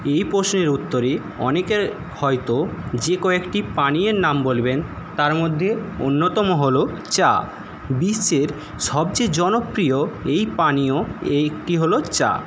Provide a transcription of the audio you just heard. এই প্রশ্নের উত্তরে অনেকে হয়ত যে কয়েকটি পানীয়ের নাম বলবেন তার মধ্যে অন্যতম হল চা বিশ্বের সবচেয়ে জনপ্রিয় এই পানীয় একটি হল চা